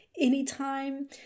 anytime